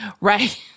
Right